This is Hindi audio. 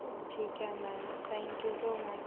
ठीक है ma'am thank you so much